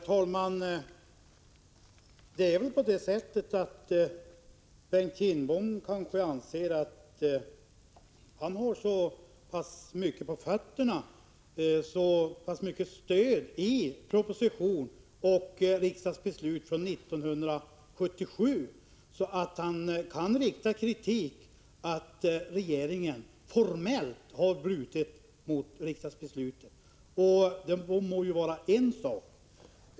Herr talman! Bengt Kindbom anser kanske att han har så pass mycket på fötterna, så pass mycket stöd i proposition och riksdagsbeslut från 1977, att han kan framföra en kritik som går ut på att regeringen formellt har brutit mot riksdagsbeslutet. Det är hans uppfattning.